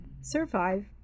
survive